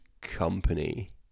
company